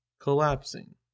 collapsing